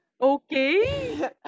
Okay